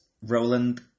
Roland